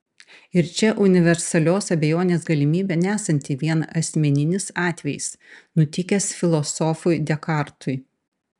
ir čia universalios abejonės galimybė nesanti vien asmeninis atvejis nutikęs filosofui dekartui